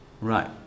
right